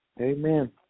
Amen